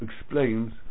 explains